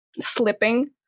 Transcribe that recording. slipping